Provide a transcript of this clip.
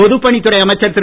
பொதுப்பணித்துறை அமைச்சர் திரு